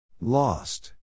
Lost